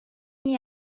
iyi